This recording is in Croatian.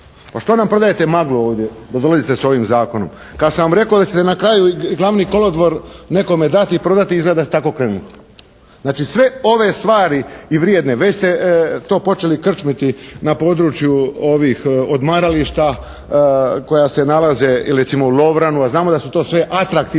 Pa što nam prodajete maglu ovdje kad dolazite s ovim zakonom? Kad sam vam rekao da će se na kraju i Glavni kolodvor nekome dati i predati, izgleda da ste tako krenuli. Znači sve ove stvari i vrijedne, već ste to počeli krčmiti na području ovih odmarališta koja se nalaze ili recimo u Lovranu. A znamo da su to sve atraktivna